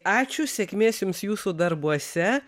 ačiū sėkmės jums jūsų darbuose